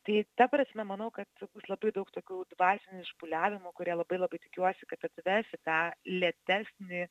tai ta prasme manau kad bus labai daug tokių dvasinių išpūliavimų kurie labai labai tikiuosi kad atves į tą lėtesnį